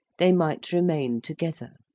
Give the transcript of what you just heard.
they might remain together.